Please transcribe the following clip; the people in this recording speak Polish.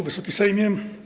Wysoki Sejmie!